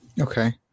Okay